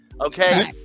Okay